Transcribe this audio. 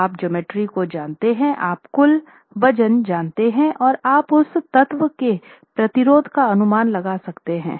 तो आप ज्योमेट्री को जानते हैं आप कुल वजन जानते हैं और आप उस तत्व के प्रतिरोध का अनुमान लगा सकते हैं